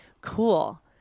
cool